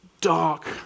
dark